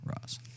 Ross